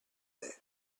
this